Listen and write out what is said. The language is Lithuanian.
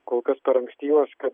kol kas per ankstyvas kad